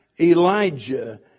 Elijah